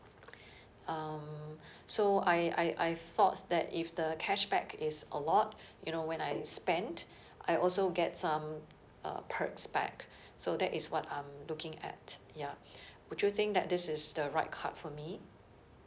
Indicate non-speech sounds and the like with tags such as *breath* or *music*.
*breath* um *breath* so I I I thought that if the cashback is a lot *breath* you know when I spend *breath* I also get some uh perks back *breath* so that's what I'm looking at ya *breath* would you think that this is the right card for me